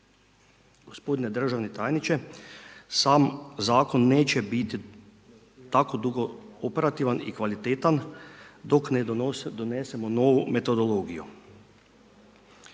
Gospodine državni tajniče, sam Zakon neće biti tako dugo operativan i kvalitetan dok ne donesemo novu metodologiju.